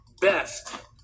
best